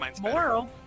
Moral